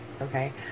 okay